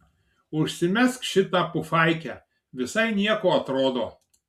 užsimesk šitą pufaikę visai nieko atrodo